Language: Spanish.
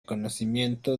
conocimiento